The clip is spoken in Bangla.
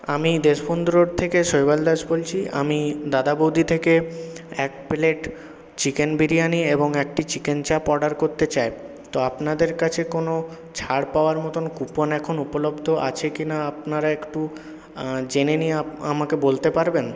আমি দেশবন্ধু রোড থেকে শৈবাল দাস বলছি আমি দাদা বৌদি থেকে এক প্লেট চিকেন বিরিয়ানি এবং একটি চিকেন চাপ অর্ডার করতে চাই তো আপনাদের কাছে কোনো ছাড় পাওয়ার মতন কুপন এখন উপলব্ধ আছে কিনা আপনারা একটু জেনে নিয়ে আমাকে বলতে পারবেন